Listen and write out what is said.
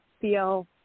feel